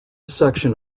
section